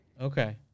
Okay